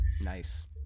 nice